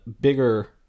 bigger